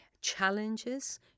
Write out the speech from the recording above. challenges